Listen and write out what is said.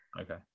Okay